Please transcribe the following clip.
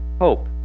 hope